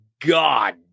God